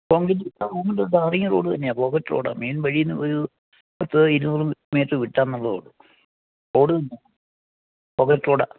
കോങ്ക്രീറ്റിട്ട road tarring road തന്നെയാണ് concrete റോഡാ main വഴിയിൽ നിന്ന് ഒരു പത്ത് ഇര്ന്നൂറ് മീറ്റ്റ് വിട്ടാണെന്ന് ഉള്ളതെ ഉള്ളു റെഡ് തന്നെയാണ് കോങ്ക്രീറ്റ് റോഡാ